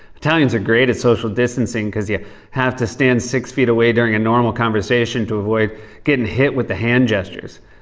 italians are great at social distancing because you have to stand six feet away during a normal conversation to avoid getting hit with the hand gestures.